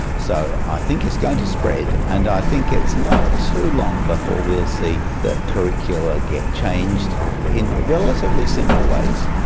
so i think it's going to spread and i think it's not too long before we will see the curricula get changed in relatively simple ways.